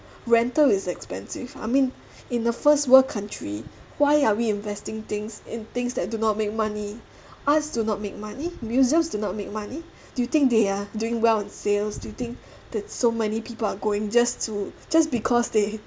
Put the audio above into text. rental is expensive I mean in the first world country why are we investing things in things that do not make money arts do not make money museums do not make money do you think they are doing well in sales do you think that so many people are going just to just because they